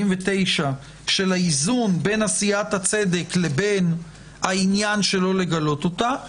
של האיזון בין עשיית הצדק לבין העניין שלו לגלות אותה,